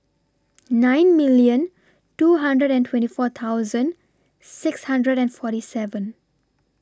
nine million two hundred and twenty four thousand six hundred and forty seven